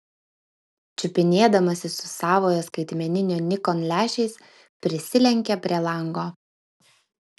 čiupinėdamasis su savojo skaitmeninio nikon lęšiais prisilenkė prie lango